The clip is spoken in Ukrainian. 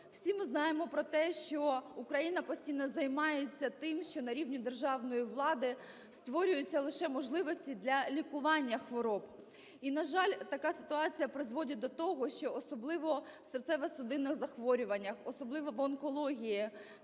Всі ми знаємо про те, що Україна постійно займається тим, що на рівні державної влади створюються лише можливості для лікування хвороб. І, на жаль, така ситуація призводить до того, що особливо в серцево-судинних захворюваннях, особливо в онкології